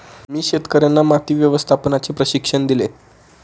मी शेतकर्यांना माती व्यवस्थापनाचे प्रशिक्षण देतो